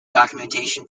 documentation